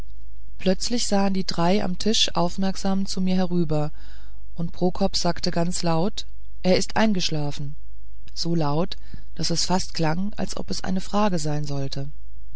plötzlich sahen die drei am tisch aufmerksam zu mir herüber und prokop sagte ganz laut er ist eingeschlafen so laut daß es fast klang als ob es eine frage sein sollte